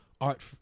art